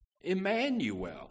Emmanuel